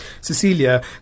Cecilia